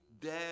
dead